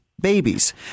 babies